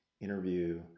interview